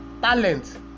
talent